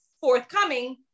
forthcoming